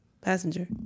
passenger